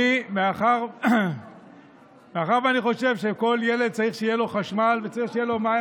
מאחר שאני חושב שלכל ילד צריך שיהיה חשמל וצריך שיהיה לו מים,